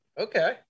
Okay